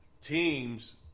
teams –